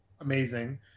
amazing